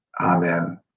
Amen